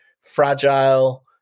Fragile